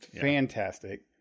fantastic